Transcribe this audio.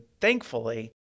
thankfully